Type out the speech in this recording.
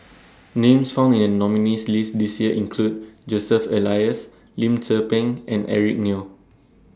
Names found in The nominees' list This Year include Joseph Elias Lim Tze Peng and Eric Neo